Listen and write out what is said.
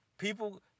People